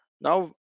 now